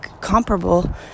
comparable